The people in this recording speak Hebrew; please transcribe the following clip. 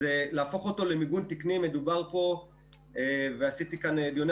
להפוך אותו למיגון תקני עשיתי דיוני